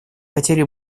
хотели